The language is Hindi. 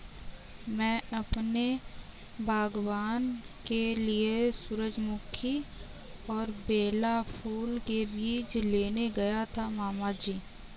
मैं अपने बागबान के लिए सूरजमुखी और बेला फूल के बीज लेने गया था मामा जी